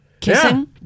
Kissing